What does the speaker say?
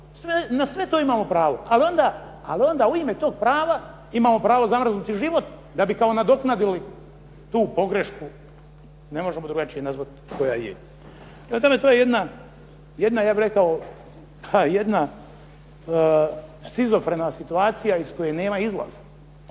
Na sve to imamo pravo. Ali onda u ime tog pravo imamo pravo zamrznuti život da bi kao nadoknadili tu pogrešku, ne možemo drugačije nazvati, koja je. To je jedna ja bih rekao, jedna šizofrena situacija iz koje nema izlaza.